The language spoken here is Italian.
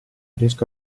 riesco